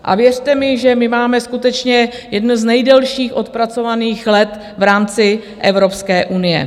A věřte mi, že my máme skutečně jedny z nejdelších odpracovaných let v rámci Evropské unie.